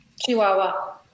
Chihuahua